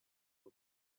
will